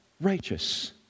righteous